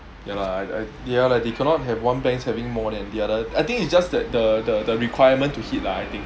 ya lah ya they cannot have one bank's having more than the other I think it's just that the the the requirement to hit lah I think